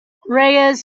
reyes